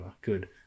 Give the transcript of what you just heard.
good